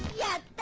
yet?